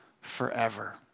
forever